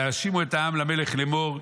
ויאשימו את העם למלך לאמור,